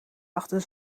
achter